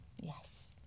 Yes